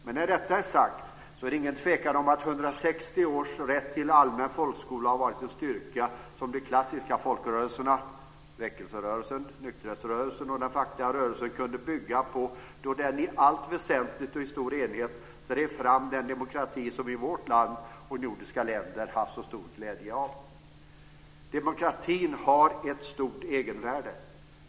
Men när det är sagt är det ingen tvekan om att 160 års rätt till allmän folkskola har varit en styrka som de klassiska folkrörelserna - väckelserörelsen, nykterhetsrörelsen och den fackliga rörelsen - kunde bygga på då de i allt väsentligt och i stor enighet drev fram den demokrati som vårt land och de nordiska länderna haft så stor glädje av. Demokratin har ett stort egenvärde.